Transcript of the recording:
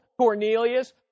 Cornelius